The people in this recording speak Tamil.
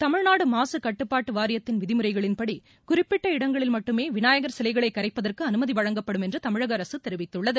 தமிழ்நாடு மாசுக்கட்டுப்பாட்டு வாரியத்தின் விதிமுறைகளின்படி குறிப்பிட்ட இடங்களில் மட்டுமே விநாயகர் சிலைகளை கரைப்பதற்கு அனுமதி வழங்கப்படும் என்று தமிழக அரசு தெரிவித்துள்ளது